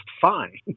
fine